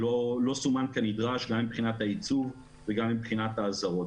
שלא סומן כנדרש גם מבחינת היצוא וגם מבחינת האזהרות.